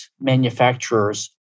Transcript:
manufacturers